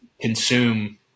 consume